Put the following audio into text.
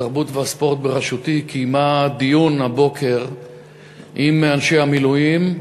התרבות והספורט בראשותי קיימה הבוקר דיון עם אנשי המילואים,